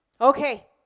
Okay